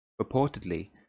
reportedly